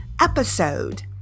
episode